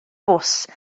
bws